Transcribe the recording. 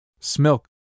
Smilk